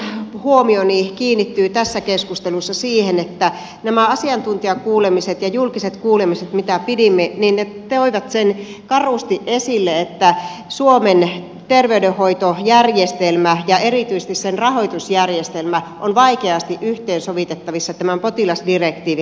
minun huomioni kiinnittyi tässä keskustelussa siihen että nämä asiantuntijakuulemiset ja julkiset kuulemiset mitä pidimme toivat karusti esille sen että suomen terveydenhoitojärjestelmä ja erityisesti sen rahoitusjärjestelmä ovat vaikeasti yhteensovitettavissa tämän potilasdirektiivin kanssa